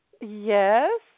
Yes